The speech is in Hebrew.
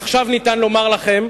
עכשיו אפשר לומר לכם,